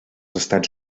estats